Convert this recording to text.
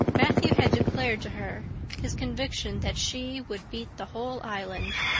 matthew had declared to her his conviction that she would beat the whole island.